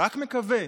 רק מקווה,